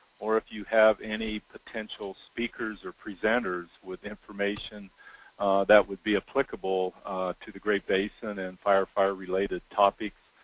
or if you have any potential speakers or presenters with information that would be applicable to the great basin and fire fire related topics,